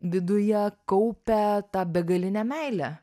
viduje kaupia tą begalinę meilę